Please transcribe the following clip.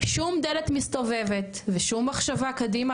שום דלת מסתובבת ושום מחשבה קדימה,